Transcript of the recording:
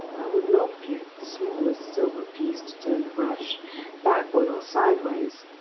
i would not give the smallest silver-piece to turn the rush backward or sideways.